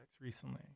recently